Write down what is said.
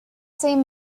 same